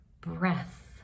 breath